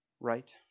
right